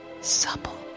supple